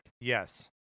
Yes